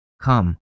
come